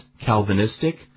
Calvinistic